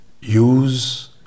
Use